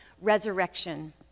resurrection